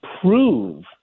prove